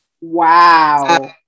wow